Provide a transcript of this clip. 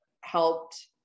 helped